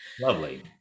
Lovely